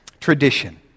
tradition